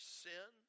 sin